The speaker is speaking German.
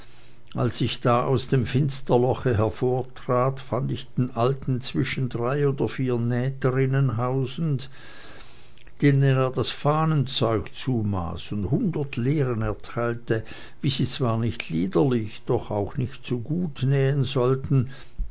als ich da aus dem finsterloche hervortrat fand ich den alten zwischen drei oder vier nähterinnen hausend denen er das fahnenzeug zumaß und hundert lehren erteilte wie sie zwar nicht liederlich doch auch nicht zu gut nähen sollten